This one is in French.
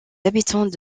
habitants